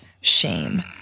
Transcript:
shame